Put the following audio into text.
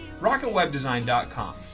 RocketWebDesign.com